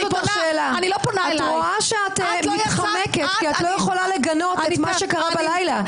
שאלה: את רואה שאת מתחמקת כי את לא יכולה לגנות מה שקרה בלילה.